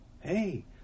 Hey